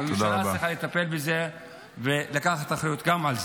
-- והממשלה צריכה לטפל בזה ולקחת אחריות גם על זה.